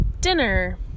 dinner